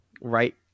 Right